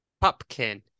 Pumpkin